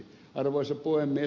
arvoisa puhemies